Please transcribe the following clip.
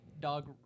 dog